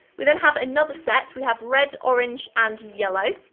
we then have another set, we have red, orange and yellow.